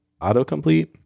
autocomplete